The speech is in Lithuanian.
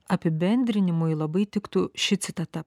apibendrinimui labai tiktų ši citata